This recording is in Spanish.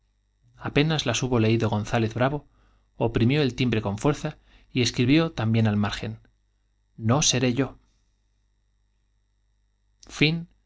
apenas las hubo leído gonzález brabo oprimió el timbre cop fuerza escribió también al y margen i no seré yo